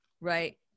right